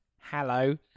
Hello